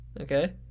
okay